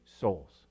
souls